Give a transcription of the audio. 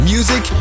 Music